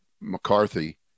McCarthy